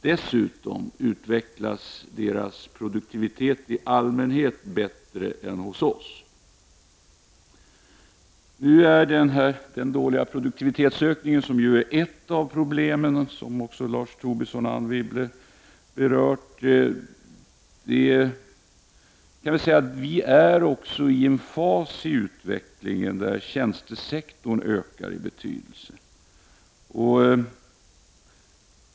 Dessutom utvecklas produktiviteten i dessa länder i allmänhet bättre än hos oss. Den dåliga produktivitetsökningen är ett av de problem som också Lars Tobisson och Anne Wibble berörde. Vi befinner oss i en fas av utvecklingen där tjänstesektorn ökar i betydelse.